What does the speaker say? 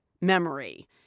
memory